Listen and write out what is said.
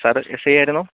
sir S I ആയിരുന്നോ